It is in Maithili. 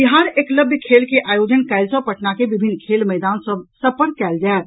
बिहार एकलव्य खेल के आयोजन काल्हि सॅ पटना के विभिन्न खेल मैदान सभ पर कयल जायत